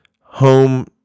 home